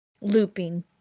looping